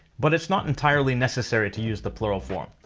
but it's not entirely necessary to use the plural form.